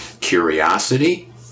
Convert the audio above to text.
curiosity